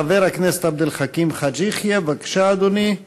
חבר הכנסת עבד אל חכים חאג' יחיא, בבקשה, אדוני.